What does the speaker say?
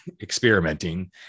experimenting